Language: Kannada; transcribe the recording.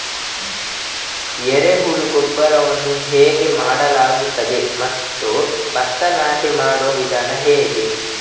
ಎರೆಹುಳು ಗೊಬ್ಬರವನ್ನು ಹೇಗೆ ಮಾಡಲಾಗುತ್ತದೆ ಮತ್ತು ಭತ್ತ ನಾಟಿ ಮಾಡುವ ವಿಧಾನ ಹೇಗೆ?